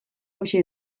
hauxe